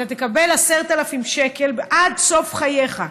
אתה תקבל 10,000 שקל עד סוף חייך.